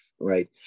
right